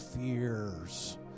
fears